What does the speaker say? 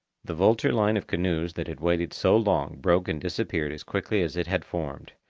the vulture line of canoes that had waited so long broke and disappeared as quickly as it had formed.